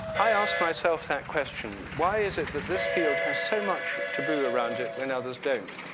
i ask myself that question. why is it that this field has so much taboo around it when others don't?